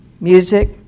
music